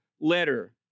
letter